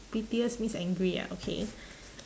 pettiest means angry ah okay